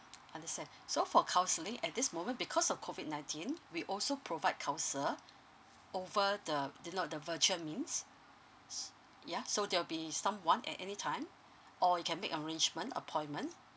understand so for counselling at this moment because of COVID nineteen we also provide council over the you know the virtual means s~ ya so there will be someone at any time or you can make arrangement appointment